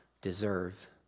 deserve